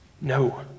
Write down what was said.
No